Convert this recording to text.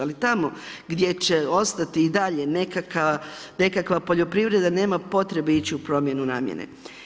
Ali tamo gdje će ostati i dalje nekakva poljoprivreda nema potrebe ići u promjenu namjene.